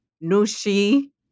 Nushi